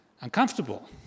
uncomfortable